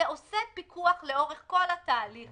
זאת הבבואה של כל התהליך